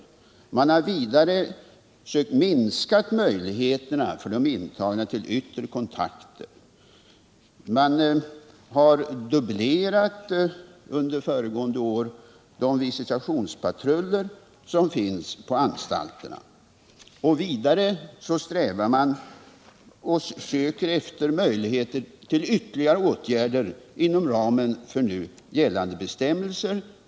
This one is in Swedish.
Vidare har man försökt minska möjligheterna för de intagna till yttre kontakter. Man dubblerade under förra året de visitationspatruller som finns på anstalterna. Man försöker också inom ramen för gällande bestämmelser vidta ytterligare åtgärder.